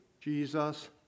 Jesus